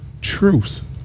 truth